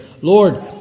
Lord